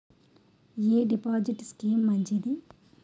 ఎ deposit scheme మంచిది?